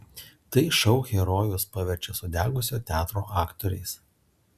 tai šou herojus paverčia sudegusio teatro aktoriais